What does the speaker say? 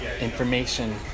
information